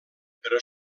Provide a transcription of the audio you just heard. però